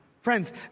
Friends